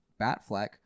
Batfleck